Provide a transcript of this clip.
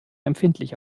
empfindlich